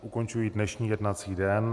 Ukončuji dnešní jednací den.